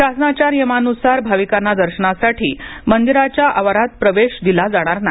शासनाच्या नियमांनुसार भाविकांना दर्शनासाठी मंदिराच्या आवारात प्रवेश दिला जाणार नाही